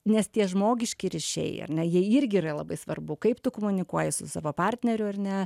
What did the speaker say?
nes tie žmogiški ryšiai ar ne jie irgi yra labai svarbu kaip tu komunikuoji su savo partneriu ar ne